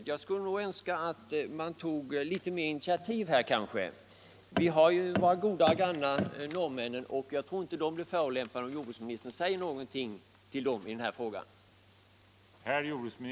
Men jag skulle också gärna se att man tog litet fler initiativ: Vi har ju t.ex. våra goda grannar norrmännen, och jag tror inte att de blir förolämpade om jordbruksministern säger någonting till dem i den här frågan.